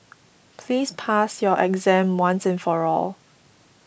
please pass your exam once and for all